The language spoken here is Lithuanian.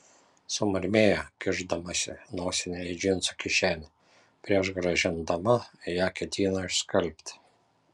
sumurmėjo kišdamasi nosinę į džinsų kišenę prieš grąžindama ją ketino išskalbti